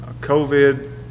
COVID